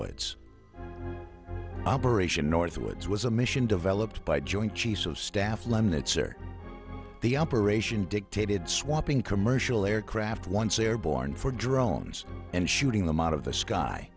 northwoods operation northwoods was a mission developed by joint chiefs of staff lemnitzer the operation dictated swapping commercial aircraft once airborne for drones and shooting them out of the sky